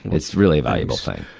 it's really a valuable thing.